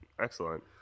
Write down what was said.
Excellent